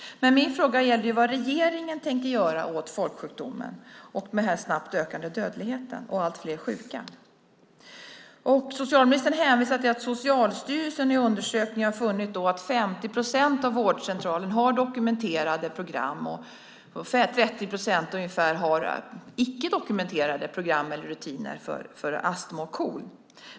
Men min fråga gällde vad regeringen tänker göra åt folksjukdomen, den snabbt ökande dödligheten och allt fler sjuka. Socialministern hänvisar till att Socialstyrelsen i undersökningar funnit att 50 procent av vårdcentralerna har dokumenterade program och att ungefär 30 procent av dem har icke dokumenterade program eller rutiner för astma och KOL.